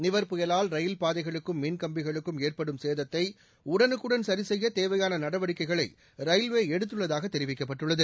நிவர் புயலால் ரயில் பாதைகளுக்கும் மின் கம்பிகளுக்கும் ஏற்படும் சேதத்தை உடனுக்குடன் சி செய்ய தேவையான நடவடிக்கைகளை ரயில்வே எடுத்துள்ளதாக தெரிவிக்கப்பட்டுள்ளது